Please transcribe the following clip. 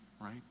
right